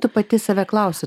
tu pati save klausi